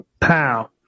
pow